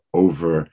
over